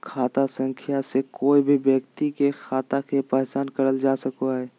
खाता संख्या से कोय भी व्यक्ति के खाता के पहचान करल जा सको हय